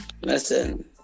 listen